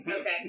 Okay